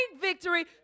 victory